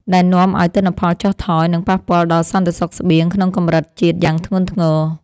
ដែលនាំឱ្យទិន្នផលចុះថយ និងប៉ះពាល់ដល់សន្តិសុខស្បៀងក្នុងកម្រិតជាតិយ៉ាងធ្ងន់ធ្ងរ។